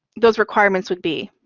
those requirements would be.